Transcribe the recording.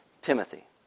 Timothy